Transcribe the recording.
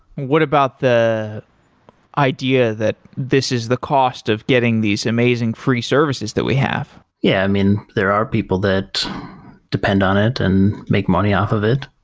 what about the idea that this is the cost of getting these amazing free services that we have? yeah. i mean, there are people that depend on it and make money off of it,